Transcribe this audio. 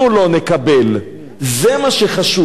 זה מה שחשוב, שאנחנו לא נקבל.